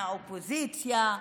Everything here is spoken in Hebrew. מהאופוזיציה,